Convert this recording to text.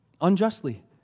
unjustly